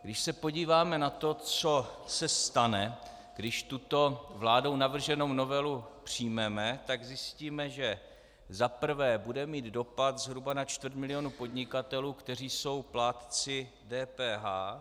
Když se podíváme na to, co se stane, když tuto vládou navrženou novelu přijmeme, tak zjistíme, že za prvé bude mít dopad zhruba na čtvrt milionu podnikatelů, kteří jsou plátci DPH.